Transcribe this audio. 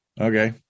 Okay